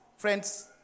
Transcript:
Friends